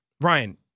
Ryan